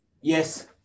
Yes